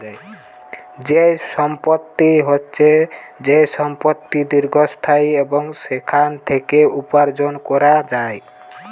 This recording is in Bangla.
যেই সম্পত্তি হচ্ছে যেই সম্পত্তি দীর্ঘস্থায়ী এবং সেখান থেকে উপার্জন করা যায়